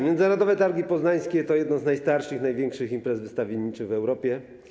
Międzynarodowe Targi Poznańskie to jedna z najstarszych i największych imprez wystawienniczych w Europie.